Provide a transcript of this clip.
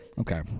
Okay